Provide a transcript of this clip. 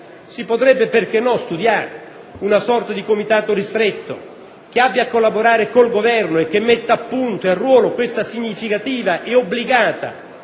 si potrebbe - perché no - studiare una sorta di comitato ristretto che abbia a collaborare con il Governo e che metta appunto e a ruolo questa significativa e obbligata